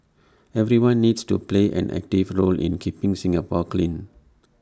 everyone needs to play an active role in keeping Singapore clean